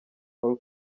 paul